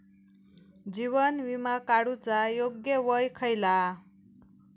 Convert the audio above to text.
जीवन विमा काडूचा योग्य वय खयला?